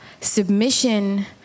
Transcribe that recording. submission